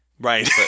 Right